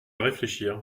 réfléchir